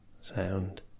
sound